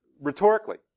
rhetorically